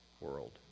world